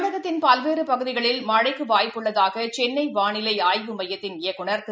தமிழகத்தின் பல்வேறுபகுதிகளுக்குமழைக்குவாய்ப்பு உள்ளதாகசென்னைவாளிலைஆய்வு மையத்தின் இயக்குநர் திரு